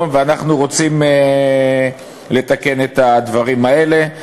ואנחנו רוצים לתקן את הדברים האלה.